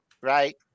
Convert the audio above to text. right